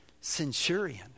centurion